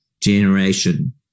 generation